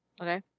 Okay